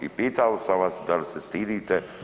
I pitao sam vas da li se stidite?